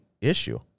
issue